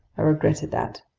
i regretted that.